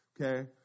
okay